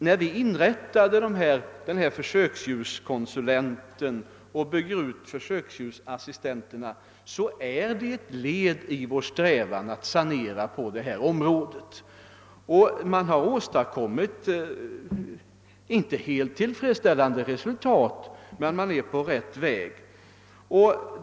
När vi inrättade försöksdjurskonsulenttjänsten och nu bygger ut organisationen med försöksdjursassistenter, så är det ett led i vår strävan att sanera förhållandena. Visserligen har vi inte nått ett helt tillfredsställande resultat, men man är på rätt väg.